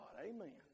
Amen